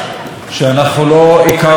לפחות אני לא הכרתי אותו.